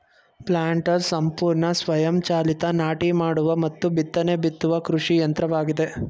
planters ಸಂಪೂರ್ಣ ಸ್ವಯಂ ಚಾಲಿತ ನಾಟಿ ಮಾಡುವ ಮತ್ತು ಬಿತ್ತನೆ ಬಿತ್ತುವ ಕೃಷಿ ಯಂತ್ರವಾಗಿದೆ